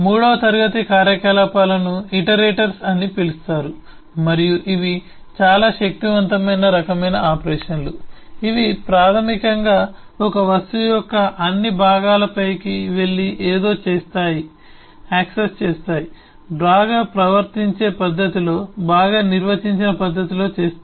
మూడవ క్లాస్ కార్యకలాపాలను ఇటరేటర్స్ అని పిలుస్తారు మరియు ఇవి చాలా శక్తివంతమైన రకమైన ఆపరేషన్లు ఇవి ప్రాథమికంగా ఒక వస్తువు యొక్క అన్ని భాగాలపైకి వెళ్లి ఏదో చేస్తాయి యాక్సెస్ చేస్తాయి బాగా ప్రవర్తించే పద్ధతిలో బాగా నిర్వచించిన పద్ధతిలో చేస్తాయి